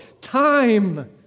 Time